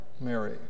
Mary